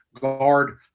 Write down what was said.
guard